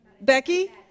Becky